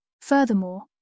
Furthermore